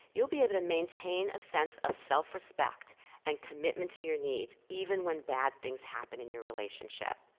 you'll be able to maintain a sense of self-respect and commitment to your needs, even when bad things happen in your relationship.